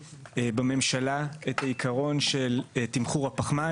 בממשלה, את העקרון של תמחור הפחמן.